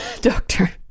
Doctor